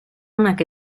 onak